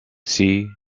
see